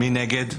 מי נגד?